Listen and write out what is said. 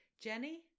Jenny